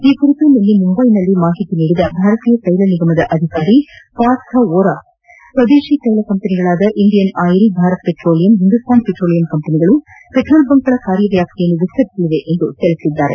ಈ ಕುರಿತು ನಿನ್ನೆ ಮುಂಬೈನಲ್ಲಿ ಮಾಹಿತಿ ನೀಡಿದ ಭಾರತೀಯ ತೈಲ ನಿಗಮದ ಅಧಿಕಾರಿ ಪಾರ್ಥ್ ವೊರ ಸ್ವದೇಶಿ ತೈಲ ಕಂಪೆನಿಗಳಾದ Indian Oil Bharat petroleum Hindustan petroleum ಕಂಪೆನಿಗಳು ಪೆಟ್ರೋಲ್ ಬಂಕ್ಗಳ ಕಾರ್ಯ ವ್ಯಾಪ್ತಿಯನ್ನು ವಿಸ್ತರಿಸಲಿವೆ ಎಂದು ಹೇಳಿದರು